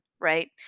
right